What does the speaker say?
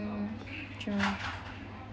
jurong